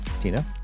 Tina